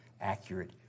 accurate